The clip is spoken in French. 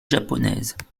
japonaises